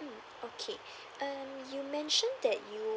mm okay um you mention that you